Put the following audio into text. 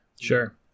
Sure